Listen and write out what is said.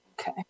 Okay